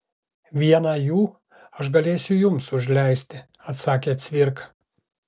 vieną jų aš galėsiu jums užleisti atsakė cvirka